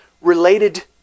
related